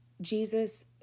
Jesus